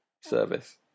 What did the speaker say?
service